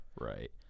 right